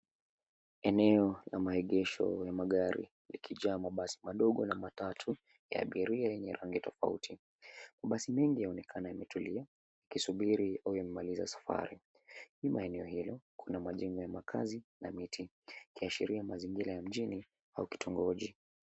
Eneo la maegesho ya magari likijaa mabasi madogo na matatu ya abiria yenye rangi tofauti mabasi mengi yaonekana yametulia ikisubiri au yamemaliza safari. Karibu na eneo hili kuna majengo ya makazi na miti ikiashiria mazingira ya mjini au kitongoji.